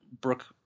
Brooke